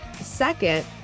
Second